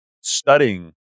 studying